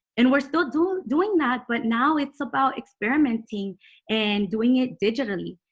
and we're still doing doing that but now it's about experimenting and doing it digitally